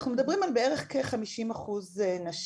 אנחנו מדברים על בערך כ-50% נשים.